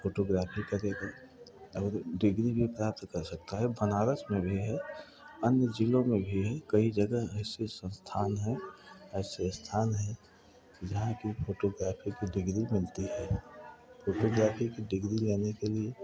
photography का जब और डिग्री भी प्राप्त कर सकता है बनारस में भी है अन्य जिलों में भी है कई जगह इसकी संस्थान हैं ऐसे स्थान हैं जहाँ की फोटोग्राफी की डिग्री मिलती है फोटोग्राफी की डिग्री लेके के लिए